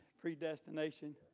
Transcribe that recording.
predestination